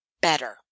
better